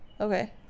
okay